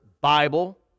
Bible